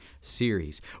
series